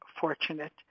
fortunate